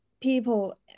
people